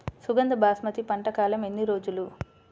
సుగంధ బాస్మతి పంట కాలం ఎన్ని రోజులు?